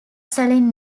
selling